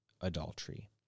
adultery